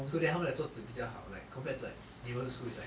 so then 他们的桌子比较好 like compared to like neighbourhood schools is like